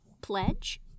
pledge